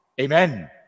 Amen